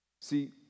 See